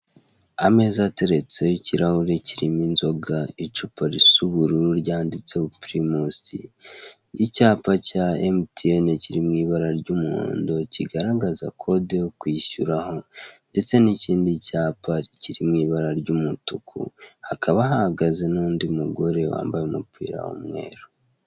Ameza ateretseho ikirahure kirimo inzoga, icupa risa ubururu ryanditseho pirimusi, icyapa cya mtn kiri mu ibara ry'umuhondo kigaragaza kode yo kwishyuraho, ndetse n'ikindi cyapa kiri mu ibara ry'umutuku, hakaba hahagaze n'undi mugore wambaye umupira w'umweru.